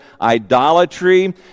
idolatry